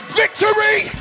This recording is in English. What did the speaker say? victory